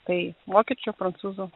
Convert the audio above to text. tai vokiečių prancūzų